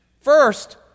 First